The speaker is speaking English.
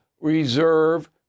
reserve